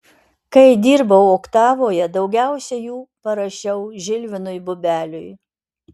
kai dirbau oktavoje daugiausiai jų parašiau žilvinui bubeliui